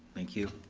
thank you.